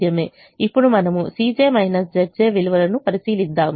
ఇప్పుడు మనము విలువలను పరిశీలిద్దాము